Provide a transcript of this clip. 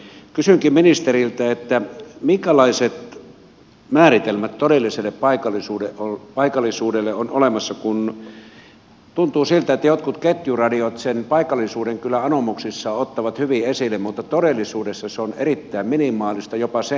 kysynkin ministeriltä minkälaiset määritelmät todelliselle paikallisuudelle ovat olemassa kun tuntuu siltä että jotkut ketjuradiot sen paikallisuuden kyllä anomuksissaan ottavat hyvin esille mutta todellisuudessa se on erittäin minimaalista jopa sen alle